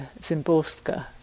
Zimborska